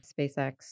SpaceX